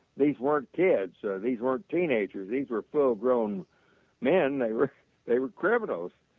these weren't kids or these weren't teenager, these were full-grown man they were they were criminals,